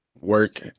work